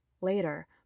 Later